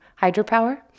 hydropower